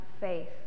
faith